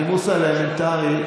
הנימוס האלמנטרי,